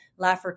Laffer